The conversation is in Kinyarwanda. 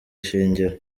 ishingiro